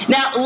Now